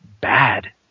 bad